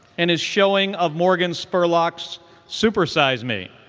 and his showing of morgan spurlock's supersize me,